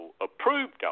approved